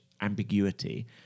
ambiguity